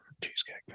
cheesecake